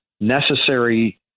necessary